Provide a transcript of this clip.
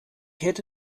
hätte